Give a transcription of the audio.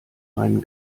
meinen